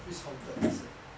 is haunted they said